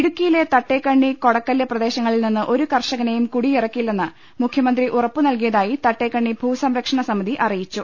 ഇടുക്കിയിലെ തട്ടേക്കണ്ണി കൊടക്കല്ല് പ്രദേശങ്ങളിൽ നിന്ന് ഒരു കർഷകനെയും കുടിയിറക്കില്ലെന്ന് മുഖ്യമന്ത്രി ഉറപ്പുനൽകിയതായി തട്ടേക്കണ്ണി ഭൂസംരക്ഷണസമിതി അറിയിച്ചു